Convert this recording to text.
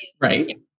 right